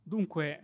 Dunque